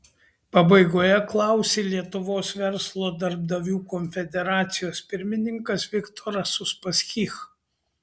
pabaigoje klausė lietuvos verslo darbdavių konfederacijos pirmininkas viktoras uspaskich